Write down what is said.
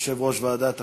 יושב-ראש ועדת החינוך,